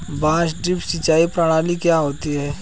बांस ड्रिप सिंचाई प्रणाली क्या होती है?